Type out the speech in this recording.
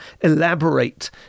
elaborate